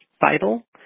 vital